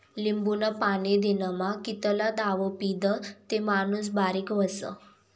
लिंबूनं पाणी दिनमा कितला दाव पीदं ते माणूस बारीक व्हस?